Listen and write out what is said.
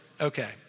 Okay